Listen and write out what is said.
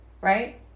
Right